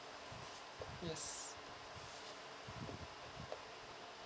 yes